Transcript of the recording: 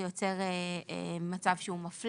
זה יוצר מצב שהוא מפלה.